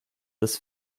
des